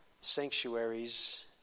sanctuaries